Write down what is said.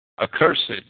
accursed